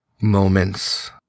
moments